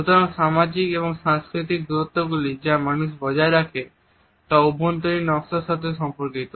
সুতরাং সামাজিক ও সাংস্কৃতিক দূরত্বগুলি যা মানুষ বজায় রাখে তা অভ্যন্তরীণ নকশার সাথে সম্পর্কিত